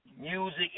music